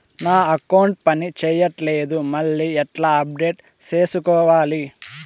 నా అకౌంట్ పని చేయట్లేదు మళ్ళీ ఎట్లా అప్డేట్ సేసుకోవాలి?